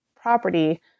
property